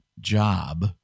job